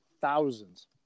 thousands